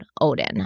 Odin